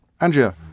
Andrea